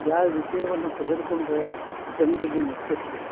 ಯಾವ ವಿಷಯವನ್ನು ತೆಗೆದುಕೊಂಡ್ರೆ ಜನರಿಗೆ ಮುಟ್ಟುತ್ತೆ